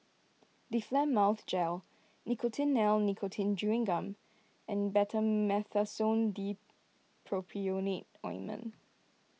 Difflam Mouth Gel Nicotinell Nicotine Chewing Gum and Betamethasone Dipropionate Ointment